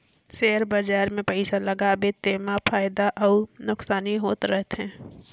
share बजार मे पइसा लगाबे तेमा फएदा अउ नोसकानी होत रहथे